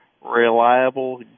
reliable